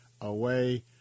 away